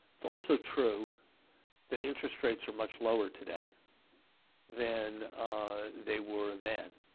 it's also true that interest rates are much lower today than they were then.